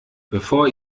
bevor